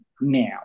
now